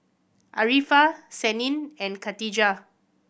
Arifa Senin and Khatijah